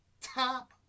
top